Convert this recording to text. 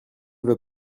veux